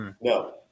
no